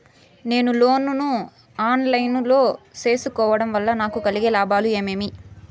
నేను లోను ను online లో సేసుకోవడం వల్ల నాకు కలిగే లాభాలు ఏమేమీ?